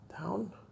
down